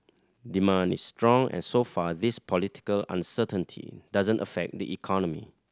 demand is strong and so far this political uncertainty doesn't affect the economy